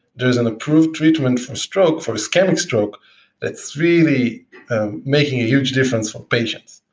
there's an approved treatment for stroke, for scanning stroke that's really making a huge difference for patients.